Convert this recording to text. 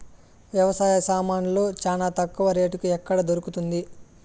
వ్యవసాయ సామాన్లు చానా తక్కువ రేటుకి ఎక్కడ దొరుకుతుంది?